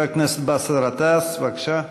חבר הכנסת באסל גטאס, בבקשה.